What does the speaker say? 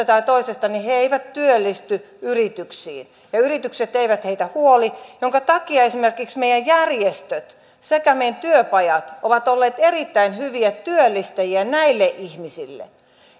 tai toisesta he eivät työllisty yrityksiin ja yritykset eivät heitä huoli minkä takia esimerkiksi meidän järjestömme sekä meidän työpajamme ovat olleet erittäin hyviä työllistäjiä näille ihmisille